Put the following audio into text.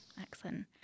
Excellent